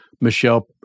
Michelle